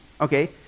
okay